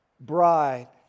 bride